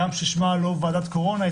הגם ששמה לא ועדת קורונה,